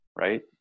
right